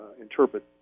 interpret